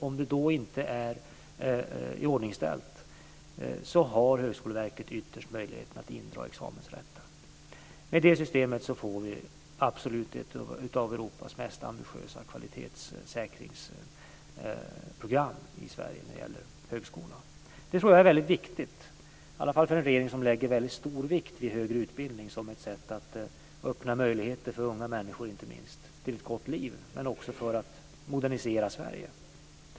Om de då inte är iordningställda har Högskoleverket ytterst möjlighet att dra in examensrätten. Med det systemet får vi i Sverige absolut ett av Europas mest ambitiösa kvalitetssäkringsprogram när det gäller högskolan. Det tror jag är väldigt viktigt, i alla fall för en regering som lägger mycket stor vikt vid högre utbildning. Det är ett sätt att öppna möjligheter, inte minst för unga människor, till ett gott liv, men också för att modernisera Sverige.